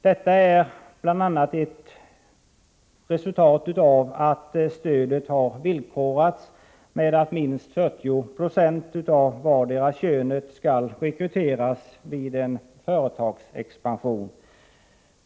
Detta är bl.a. ett resultat av att stödet villkorats med att minst 40 96 av vartdera könet skall rekryteras vid företagsexpansion.